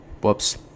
Whoops